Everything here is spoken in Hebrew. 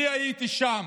אני הייתי שם,